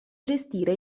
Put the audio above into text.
gestire